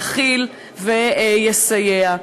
יכיל ויסייע.